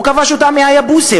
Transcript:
הוא כבש אותה מהיבוסים,